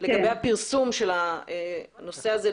לגבי הפרסום של הנושא הזה.